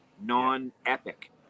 non-epic